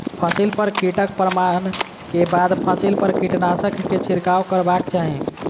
फसिल पर कीटक प्रमाण के बाद फसिल पर कीटनाशक के छिड़काव करबाक चाही